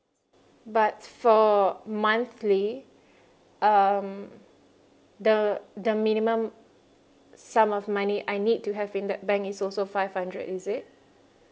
but for monthly um the the minimum sum of money I need to have in that bank is also five hundred is it